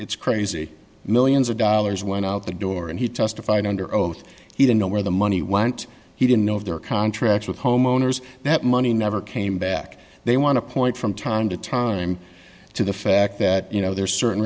it's crazy millions of dollars went out the door and he testified under oath he didn't know where the money went he didn't know if their contracts with homeowners that money never came back they want to point from time to time to the fact that you know there are certain